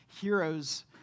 heroes